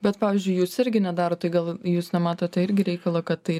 bet pavyzdžiui jūs irgi nedarot tai gal jūs nematote irgi reikalo kad tai